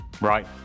right